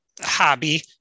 hobby